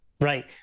Right